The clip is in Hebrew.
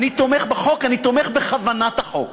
אני תומך בחוק, אני תומך בכוונת החוק,